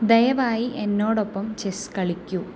ദയവായി എന്നോടൊപ്പം ചെസ്സ് കളിക്കൂ